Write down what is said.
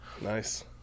Nice